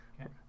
Okay